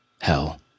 Hell